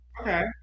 Okay